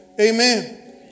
amen